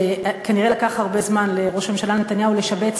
שכנראה לקח הרבה זמן לראש הממשלה נתניהו לשבץ